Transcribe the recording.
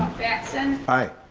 batson. i.